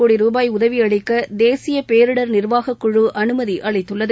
கோடி ரூபாய் உதவி அளிக்க தேசிய பேரிடர் நிர்வாகக்குழு அனுமதி அளித்துள்ளது